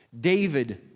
David